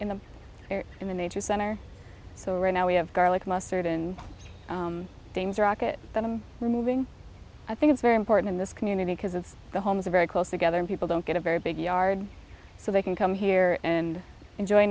in the in the nature center so right now we have garlic mustard and things rocket that i'm moving i think it's very important in this community because of the homes are very close together and people don't get a very big yard so they can come here and enjoy